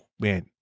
man